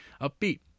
upbeat